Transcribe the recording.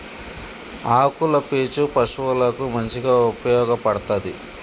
ఆకుల పీచు పశువులకు మంచిగా ఉపయోగపడ్తది